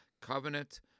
covenant